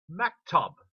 maktub